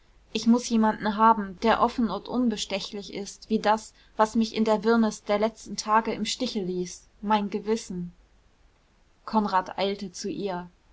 ich muß jemanden haben der offen und unbestechlich ist wie das was mich in der wirrnis der letzten tage im stiche ließ mein gewissen konrad eilte zu ihr